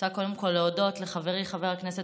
אני רוצה קודם כול להודות לחברי חבר הכנסת